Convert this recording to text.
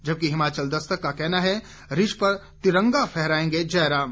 जबकि हिमाचल दस्तक का कहना है रिज पर तिरंगा फहराएंगे जयराम